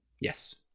Yes